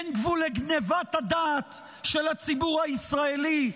אין גבול לגנבת הדעת של הציבור הישראלי.